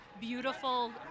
beautiful